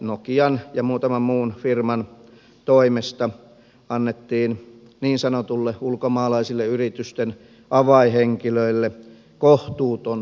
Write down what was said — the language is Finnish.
nokian ja muutaman muun firman toimesta annettiin ulkomaalaisille niin sanotuille yritysten avainhenkilöille kohtuuton veroetu